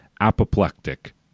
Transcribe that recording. apoplectic